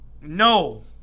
no